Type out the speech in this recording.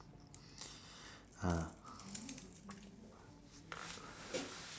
ah